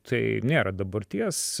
tai nėra dabarties